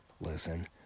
Listen